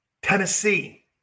Tennessee